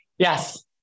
Yes